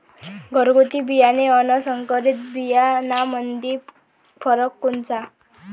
घरगुती बियाणे अन संकरीत बियाणामंदी फरक कोनचा?